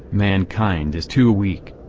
mankind is too weak.